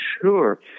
sure